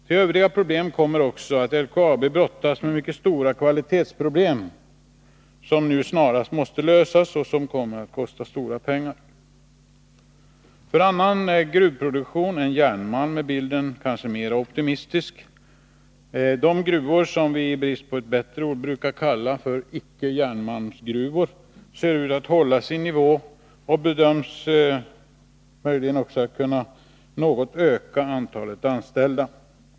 Till övriga problem kommer också att LKAB brottas med mycket stora kvalitetsproblem, som nu snarast måste lösas och som kommer att kosta mycket pengar. För annan gruvproduktion än järnmalm är bilden kanske mera optimistisk. De gruvor som vi, i brist på bättre ord, brukar kalla för icke-järngruvor ser ut att hålla sin nivå och bedöms dessutom i någon mån kunna öka antalet anställda.